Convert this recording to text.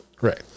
Right